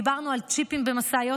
דיברנו על צ'יפים במשאיות,